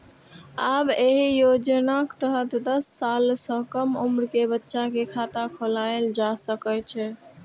आब एहि योजनाक तहत दस साल सं कम उम्र के बच्चा के खाता खोलाएल जा सकै छै